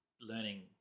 learning